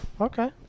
Okay